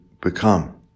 become